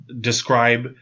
describe